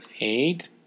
Eight